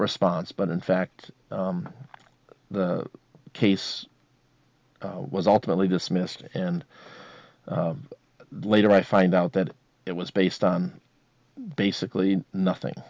response but in fact the case was ultimately dismissed and later i find out that it was based on basically nothing